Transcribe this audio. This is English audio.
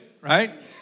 right